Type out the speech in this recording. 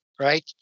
right